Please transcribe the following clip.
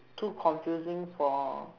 too confusing for